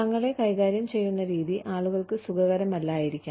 തങ്ങളെ കൈകാര്യം ചെയ്യുന്ന രീതി ആളുകൾക്ക് സുഖകരമല്ലായിരിക്കാം